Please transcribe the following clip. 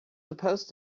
supposed